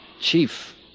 Chief